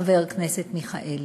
חבר הכנסת מיכאלי.